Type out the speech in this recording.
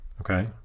Okay